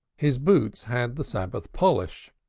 his boots had the sabbath polish.